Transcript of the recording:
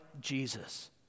Jesus